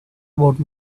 about